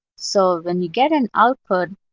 so when you get an output,